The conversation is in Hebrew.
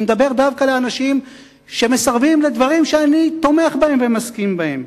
אני מדבר דווקא על אנשים שמסרבים לדברים שאני לא תומך בהם ומסכים להם.